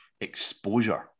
exposure